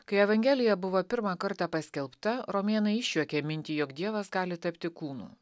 kai evangelija buvo pirmą kartą paskelbta romėnai išjuokė mintį jog dievas gali tapti kūnu